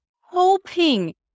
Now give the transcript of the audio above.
hoping